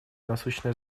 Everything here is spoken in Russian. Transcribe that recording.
насущное